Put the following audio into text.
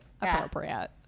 appropriate